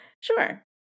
Sure